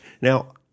Now